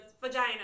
vagina